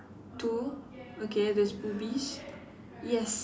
two okay there's boobies yes